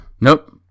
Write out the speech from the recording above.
Nope